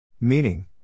Meaning